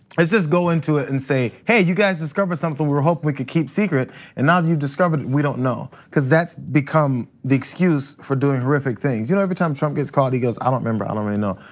i just go into it and say hey you guys discover something we were hoping we could keep secret and now that you've discovered we don't know, because that's become the excuse for doing horrific things. you know every time trump gets caught he goes, i don't remember, i don't really know.